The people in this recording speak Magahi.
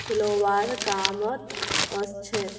खिलौव्वार कामत ओसछेक